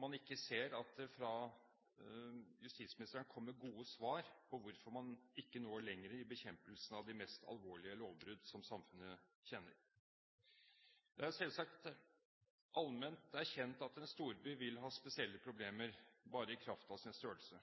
man ikke ser at det kommer gode svar fra justisministeren på hvorfor man ikke når lenger i bekjempelsen av de mest alvorlige lovbrudd som samfunnet kjenner. Det er selvsagt allment erkjent at en storby vil ha spesielle problemer bare i kraft av sin størrelse.